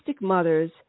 mothers